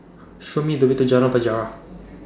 Show Me The Way to Jalan Penjara